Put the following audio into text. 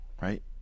Right